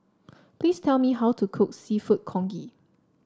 please tell me how to cook seafood Congee